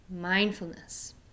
mindfulness